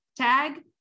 tag